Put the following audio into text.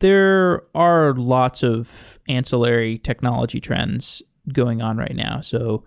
there are lots of ancillary technology trends going on right now. so